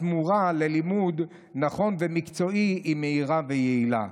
התמורה ללימוד נכון ומקצועי היא מהירה ויעילה.